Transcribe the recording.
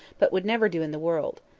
but would never do in the world.